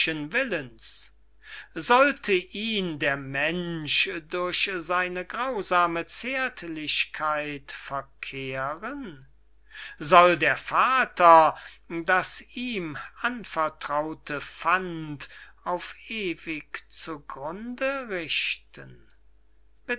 sollte ihn der mensch durch seine grausame zärtlichkeit verkehren soll der vater das ihm anvertraute pfand auf ewig zu grunde richten